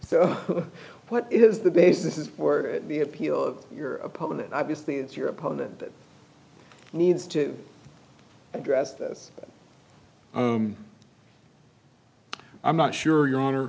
so what is the basis is for the appeal of your opponent obviously it's your opponent that needs to address this i'm not sure your honor